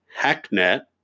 HackNet